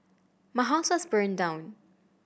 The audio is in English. my house was burned down